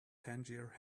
tangier